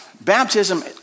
Baptism